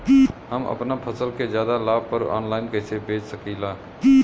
हम अपना फसल के ज्यादा लाभ पर ऑनलाइन कइसे बेच सकीला?